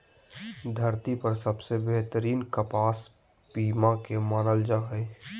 धरती पर सबसे बेहतरीन कपास पीमा के मानल जा हय